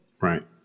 Right